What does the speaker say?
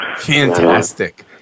Fantastic